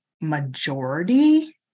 majority